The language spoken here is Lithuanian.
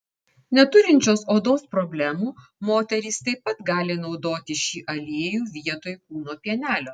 neturinčios odos problemų moterys taip pat gali naudoti šį aliejų vietoj kūno pienelio